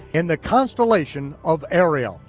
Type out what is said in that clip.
in the constellation of ariel,